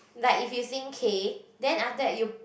like if you sing K then after that you